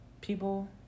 people